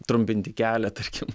trumpinti kelią tarkim